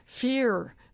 fear